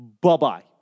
Bye-bye